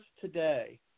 today